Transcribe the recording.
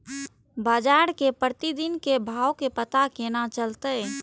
बजार के प्रतिदिन के भाव के पता केना चलते?